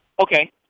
Okay